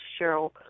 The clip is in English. Cheryl